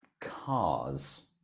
Cars